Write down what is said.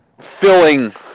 filling